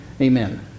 Amen